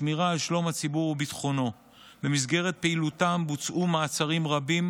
מלחמת העצמאות טרם הסתיימה.